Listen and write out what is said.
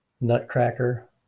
Nutcracker